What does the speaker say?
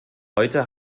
heute